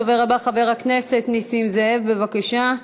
הדובר הבא, חבר הכנסת נסים זאב, בבקשה.